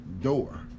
door